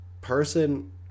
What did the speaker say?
person